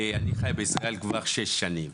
ואני חי בישראל כבר שש שנים.